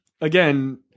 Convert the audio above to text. again –